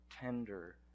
tender